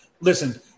listen